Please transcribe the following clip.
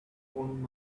own